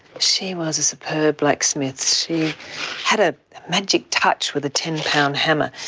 she was a superb blacksmith. she had a magic touch with a ten pound hammer,